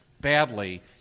badly